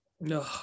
no